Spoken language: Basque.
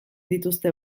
dituzte